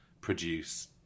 produce